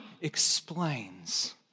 explains